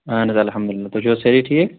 اَہَن حظ اَلحَمدُاللہ تُہۍ چھِو حظ سأری ٹھیٖک